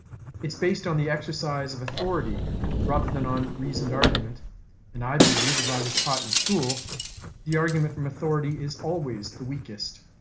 it's based on the exercise of authority rather than on reasoned argument and i believe as i was taught in school the argument from authority is always the weakest.